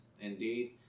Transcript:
Indeed